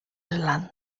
zelanda